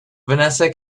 vanessa